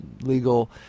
legal